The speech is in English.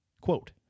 Quote